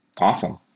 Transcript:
Awesome